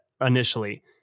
initially